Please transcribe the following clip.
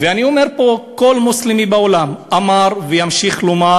ואני אומר פה, כל מוסלמי בעולם אמר וימשיך לומר: